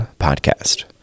podcast